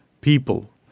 people